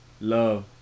love